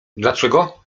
dlaczego